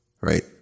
Right